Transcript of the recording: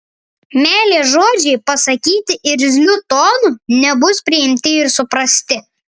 meilės žodžiai pasakyti irzliu tonu nebus priimti ir suprasti